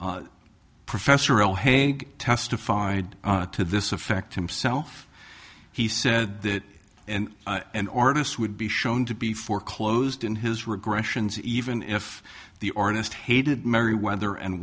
professor al haig testified to this effect himself he said that and an artist would be shown to be foreclosed in his regressions even if the artist hated merryweather and